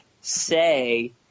say